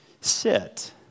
sit